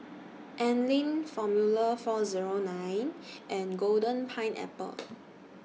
Anlene Formula four Zero nine and Golden Pineapple